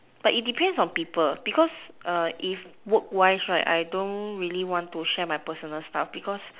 but it depends on people because err if work wise right I don't really want to share my personal stuff because